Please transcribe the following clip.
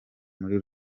muri